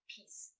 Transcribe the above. Peace